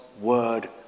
word